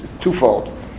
twofold